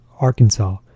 Arkansas